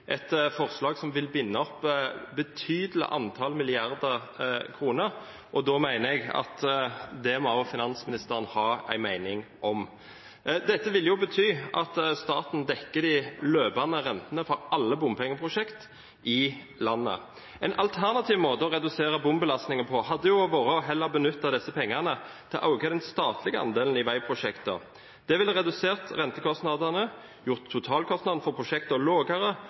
et forslag som vil binde opp et betydelig antall milliarder kroner, og da mener jeg at det må også finansministeren ha en mening om. Dette vil bety at staten dekker de løpende rentene for alle bompengeprosjekter i landet. En alternativ måte å redusere bompengebelastningen på hadde vært å benytte disse pengene til å øke den statlige andelen i veiprosjekter. Det ville redusert rentekostnadene, gjort totalkostnadene for